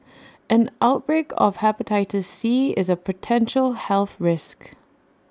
an outbreak of Hepatitis C is A potential health risk